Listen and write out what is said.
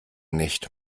nicht